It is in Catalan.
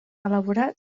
elaborat